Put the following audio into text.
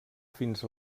fins